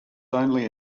only